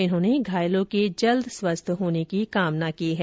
इन्होंने घायलों के जल्द स्वस्थ होने की कामना की है